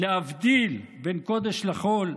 להבדיל בין קודש לחול,